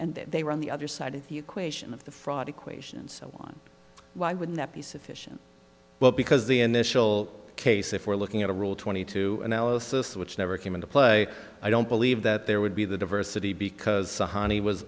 and they were on the other side of the equation of the fraud equation so why wouldn't that be sufficient well because the initial case if we're looking at a rule twenty two analysis which never came into play i don't believe that there would be the diversity because he was